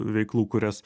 veiklų kurias